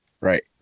Right